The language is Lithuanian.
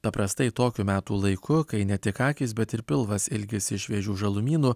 paprastai tokiu metų laiku kai ne tik akys bet ir pilvas ilgisi šviežių žalumynų